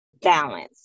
balance